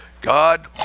God